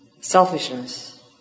selfishness